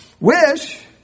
wish